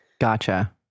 Gotcha